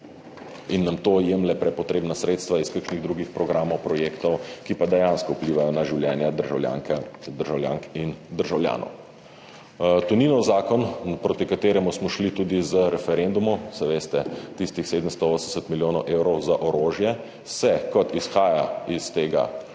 in nam to jemlje prepotrebna sredstva iz kakšnih drugih programov, projektov, ki pa dejansko vplivajo na življenja državljank in državljanov. Toninov zakon, proti kateremu smo šli tudi z referendumom – saj veste, tistih 780 milijonov evrov za orožje – se, kot izhaja iz tega